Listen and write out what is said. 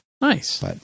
Nice